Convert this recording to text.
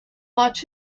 watch